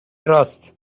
راست